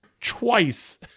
twice